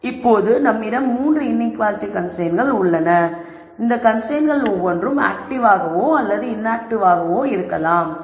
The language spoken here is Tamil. இப்போது நம்மிடம் 3 இன்ஈக்குவாலிட்டி கன்ஸ்ரைன்ட்ஸ்கள் உள்ளன இந்த கன்ஸ்ரைன்ட்ஸ்கள் ஒவ்வொன்றும் ஆக்டிவாகவோ அல்லது இன்ஆக்டிவாகவோ இருக்கலாம்